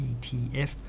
ETF